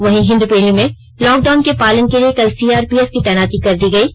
वहीं हिंदपीढ़ी में लॉकडाउन के पालन के लिए कल सीआरपीएफ की तैनाती कर दी गई है